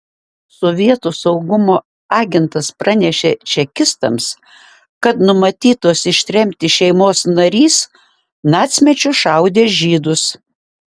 sovietų saugumo agentas pranešė čekistams kad numatytos ištremti šeimos narys nacmečiu šaudė žydus